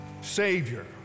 savior